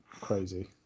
crazy